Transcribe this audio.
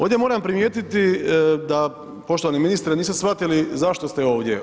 Ovdje moram primijetiti da, poštovani ministre, niste shvatili zašto ste ovdje.